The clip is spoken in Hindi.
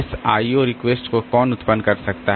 इस IO रिक्वेस्ट को कौन उत्पन्न कर सकता है